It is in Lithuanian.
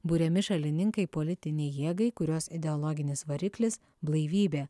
buriami šalininkai politinei jėgai kurios ideologinis variklis blaivybė